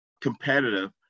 competitive